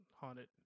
haunted